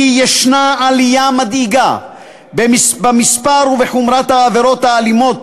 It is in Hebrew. יש עלייה מדאיגה במספר ובחומרת העבירות האלימות